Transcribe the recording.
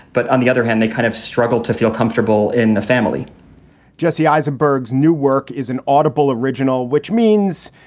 but on the other hand, they kind of struggle to feel comfortable in the family jesse eisenberg's new work is an audible original, which means,